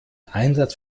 einsatz